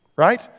right